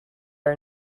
are